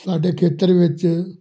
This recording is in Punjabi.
ਸਾਡੇ ਖੇਤਰ ਵਿੱਚ